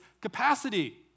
capacity